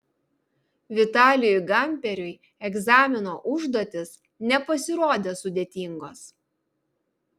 vitalijui gamperiui egzamino užduotys nepasirodė sudėtingos